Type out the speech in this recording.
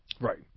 Right